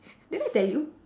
did I tell you